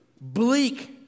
bleak